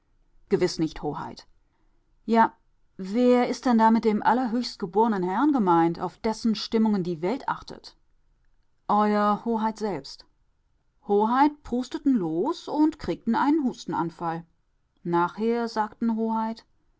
gewiß nicht hoheit ja wer ist denn da mit dem allerhöchstgeborenen herrn gemeint auf dessen stimmungen die welt achtet ew hoheit selbst hoheit prusteten los und kriegten einen hustenanfall nachher sagten hoheit